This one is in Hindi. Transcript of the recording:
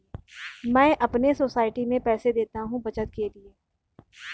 मैं अपने सोसाइटी में पैसे देता हूं बचत के लिए